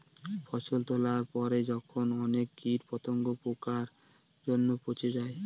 ফসল তোলার পরে যখন অনেক কীট পতঙ্গ, পোকার জন্য পচে যায়